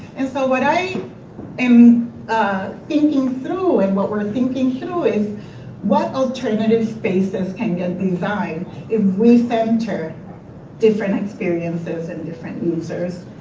and so what i am thinking through and what we're thinking through is what alternative spaces can be designed if we center different experiences and different users.